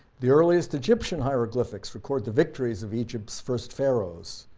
the earliest egyptian hieroglyphics record the victories of egypt's first pharaoh's.